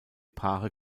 paare